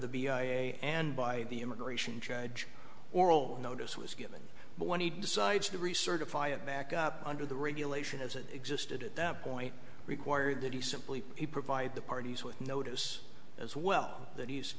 the b i a and by the immigration judge oral notice was given but when he decides to recertify it back up under the regulation as it existed at that point required that he simply provide the parties with notice as well that he's